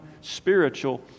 spiritual